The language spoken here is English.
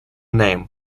name